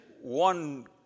one